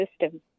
system